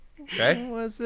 Okay